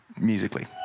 musically